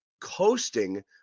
coasting